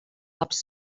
labs